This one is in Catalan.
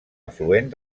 afluent